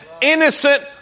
innocent